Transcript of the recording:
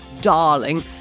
darling